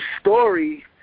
story